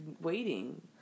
waiting